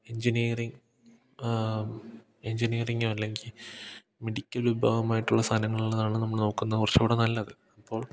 engineering എൻജിനീയറിങ്ങോ അല്ലെങ്കിൽ medical വിഭാവമായിട്ടുള്ള സാധങ്ങൾ ഉള്ളതാണ് നമ്മള് നോക്കുന്ന കുറച്ചൂടെ നല്ലത് അപ്പോൾ